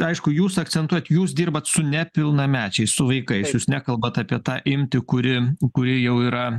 aišku jūs akcentuojat jūs dirbat su nepilnamečiais su vaikais jūs nekalbat apie tą imtį kuri kuri jau yra